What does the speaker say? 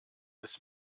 ist